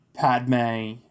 Padme